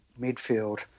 midfield